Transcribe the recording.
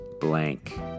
blank